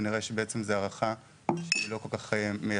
ונראה שזאת בעצם הערכה שהיא לא כל כך מייצגת.